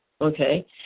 okay